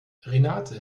renate